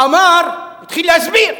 התחיל להסביר.